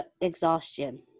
exhaustion